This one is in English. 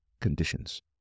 conditions